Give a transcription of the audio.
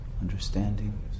understanding